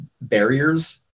barriers